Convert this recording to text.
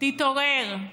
תתעורר.